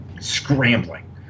scrambling